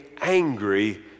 angry